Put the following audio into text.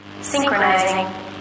synchronizing